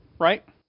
right